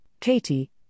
Katie